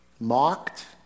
mocked